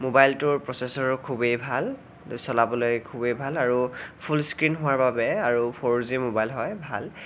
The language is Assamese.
মোবাইলটোৰ প্ৰছেচৰো খুবেই ভাল চলাবলৈ খুবেই ভাল আৰু ফুলস্ক্ৰীণ হোৱাৰ বাবে আৰু ফ'ৰ জি মোবাইল হয় ভাল